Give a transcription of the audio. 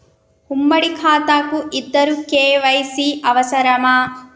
ఉమ్మడి ఖాతా కు ఇద్దరు కే.వై.సీ అవసరమా?